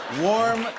warm